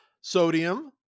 Sodium